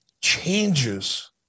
changes